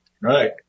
Right